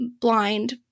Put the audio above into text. blind